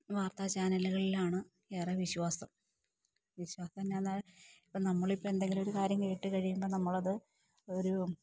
വാർത്താ ചാനലുകളിലാണ് ഏറെ വിശ്വാസം വിശ്വാസമെന്നാന്നാ ഇപ്പോള് നമ്മളിപ്പോഴെന്തെങ്കിലുമൊരു കാര്യം കേട്ടുകഴിയുമ്പോള് നമ്മളത് ഒരു